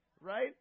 Right